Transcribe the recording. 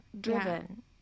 Driven